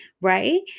right